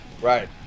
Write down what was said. Right